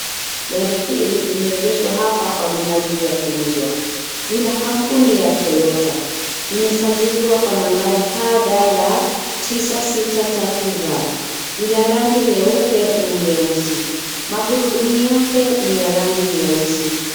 Gari hili limeegeshwa hapa kwa minajili ya kuuzwa . Ni la kampuni ya Toyota . Limesajiliwa kwa nambari KDR 963 V. Lina rangi nyeupe na nyeusi , magurudumu yake ni ya rangi nyeusi .